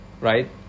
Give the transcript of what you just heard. Right